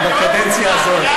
בקדנציה הזאת.